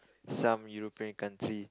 some European country